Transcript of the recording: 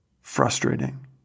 frustrating